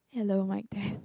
hello mic test